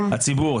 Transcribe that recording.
הציבור.